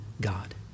God